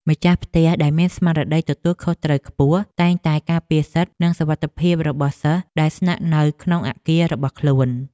ម្ចាស់ផ្ទះដែលមានស្មារតីទទួលខុសត្រូវខ្ពស់តែងតែការពារសិទ្ធិ និងសុវត្ថិភាពរបស់សិស្សដែលស្នាក់នៅក្នុងអគាររបស់ខ្លួន។